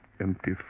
empty